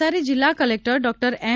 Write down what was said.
નવસારી જિલ્લા collector doctor એમ